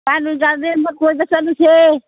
pine wood ꯒꯥꯔꯗꯦꯟꯗ ꯀꯣꯏꯕ ꯆꯠꯂꯨꯁꯦ